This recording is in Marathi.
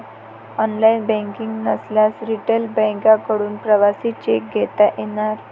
ऑनलाइन बँकिंग नसल्यास रिटेल बँकांकडून प्रवासी चेक घेता येणार